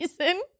reason